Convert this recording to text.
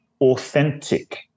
authentic